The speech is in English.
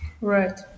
Right